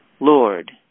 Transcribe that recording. Lord